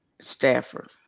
Stafford